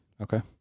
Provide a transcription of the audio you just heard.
Okay